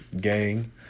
gang